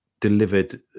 delivered